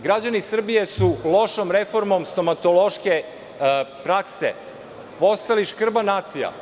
Građani Srbije su lošom reformom stomatološke prakse postali škrba nacija.